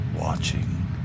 Watching